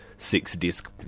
six-disc